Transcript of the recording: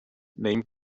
name